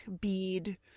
bead